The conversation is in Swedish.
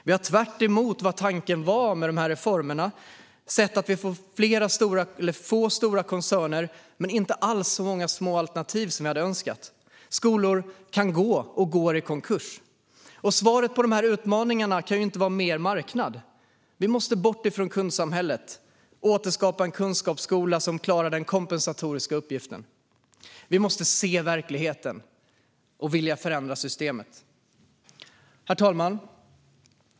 Vi har tvärtemot vad tanken var med de här reformerna sett att vi fått få stora koncerner men inte alls så många små alternativ som vi hade önskat. Skolor kan gå i konkurs, och det sker också. Svaret på de här utmaningarna kan inte vara mer marknad. Vi måste ta oss bort från kundsamhället och återskapa en kunskapsskola som klarar den kompensatoriska uppgiften. Vi måste se verkligheten och vilja förändra systemet. Herr talman!